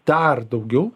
dar daugiau